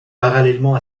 parallèlement